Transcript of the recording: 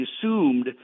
assumed